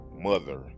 mother